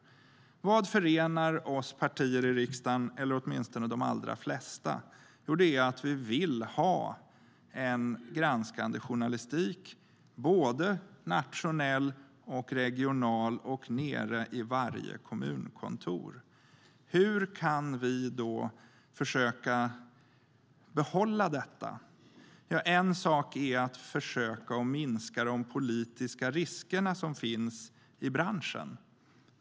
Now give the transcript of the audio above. Det som förenar oss partier i riksdagen, eller åtminstone de allra flesta, är att vi vill ha en granskande journalistik - nationellt, regionalt och nere i varje kommunkontor. Hur kan vi då försöka behålla detta? Ett sätt är att försöka minska de politiska risker som finns i branschen.